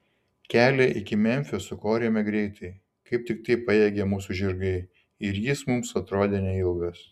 kelią iki memfio sukorėme greitai kaip tiktai pajėgė mūsų žirgai ir jis mums atrodė neilgas